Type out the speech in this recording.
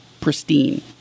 pristine